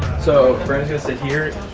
so brandon's gonna sit here.